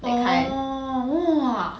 orh !wah!